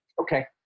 Okay